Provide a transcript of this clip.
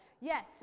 Yes